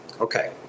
Okay